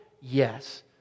Yes